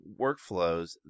workflows